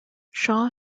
shaw